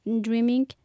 dreaming